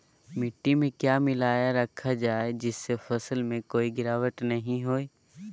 मिट्टी में क्या मिलाया रखा जाए जिससे फसल में कोई गिरावट नहीं होई?